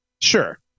Sure